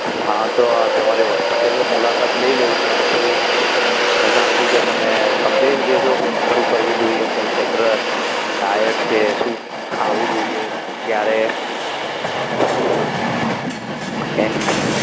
હા તો તમારી હોસ્પિટલે મુલાકાત લઇ લઉં ત્યાં બધું સારી રીતે તમે સમજાવી દેશો કે શું કરવું જોઈએ કઈ કસરત ડાયટ કે શું ખાવું જોઈએ ક્યારે હેં ને